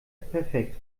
perfekt